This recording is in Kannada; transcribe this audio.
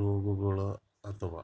ರೋಗಗೊಳ್ ಆತವ್